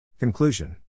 Conclusion